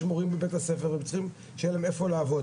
יש מורים מבית-הספר הם צריכים שיהיה להם איפה לעבוד,